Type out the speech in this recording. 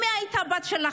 אם היא הייתה הבת שלכם,